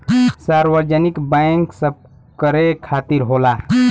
सार्वजनिक बैंक सबकरे खातिर होला